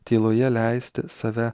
tyloje leisti save